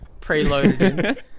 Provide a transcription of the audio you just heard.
preloaded